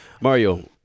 Mario